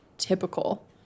Typical